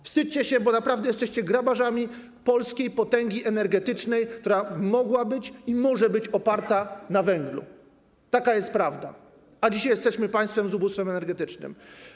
Wstydźcie się, bo naprawdę jesteście grabarzami polskiej potęgi energetycznej, która mogła być i może być oparta na węglu, taka jest prawda, a dzisiaj jesteśmy państwem z ubóstwem energetycznym.